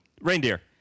Reindeer